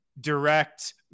direct